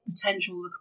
Potential